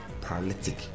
paralytic